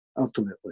ultimately